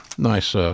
Nice